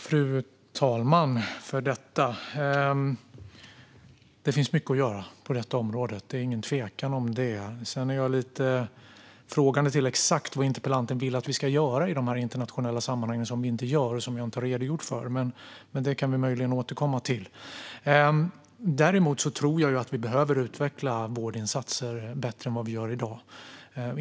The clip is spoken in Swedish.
Fru talman! Det finns mycket att göra på detta område; det är ingen tvekan om det. Sedan är jag lite frågande till exakt vad interpellanten vill att vi ska göra i dessa internationella sammanhang som vi inte gör och som jag inte har redogjort för, men det kan vi möjligen återkomma till. Däremot tror jag att vi behöver utveckla vårdinsatser bättre än vi gör i dag.